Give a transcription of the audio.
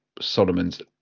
Solomon's